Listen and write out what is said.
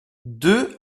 deux